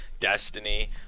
destiny